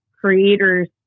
creators